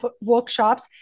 workshops